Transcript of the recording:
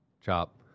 Chop